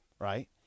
right